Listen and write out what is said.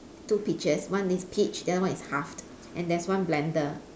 two peaches one is peach the other one is halved and there's one blender